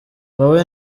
wowe